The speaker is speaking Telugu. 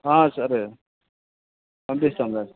సరే పంపిస్తాముగా